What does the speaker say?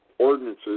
Ordinances